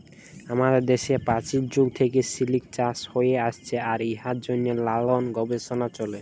আমাদের দ্যাশে পাচীল যুগ থ্যাইকে সিলিক চাষ হ্যঁয়ে আইসছে আর ইয়ার জ্যনহে লালাল গবেষলা চ্যলে